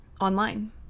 online